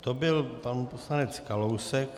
To byl pan poslanec Kalousek.